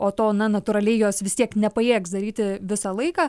o to na natūraliai jos vis tiek nepajėgs daryti visą laiką